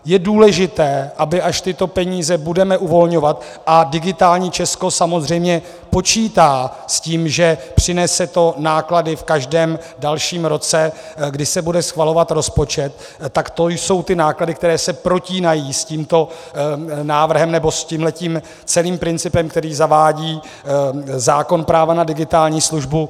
Je důležité, aby až tyto peníze budeme uvolňovat, a Digitální Česko samozřejmě počítá s tím, že to přinese náklady v každém dalším roce, kdy se bude schvalovat rozpočet, tak to jsou ty náklady, které se protínají s tímto návrhem, nebo s tímto celým principem, který zavádí zákon práva na digitální službu.